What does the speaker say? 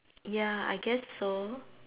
ya I guess so